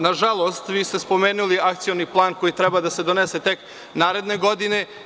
Na žalost, vi ste spomenuli akcioni plan koji treba da se donese tek naredne godine.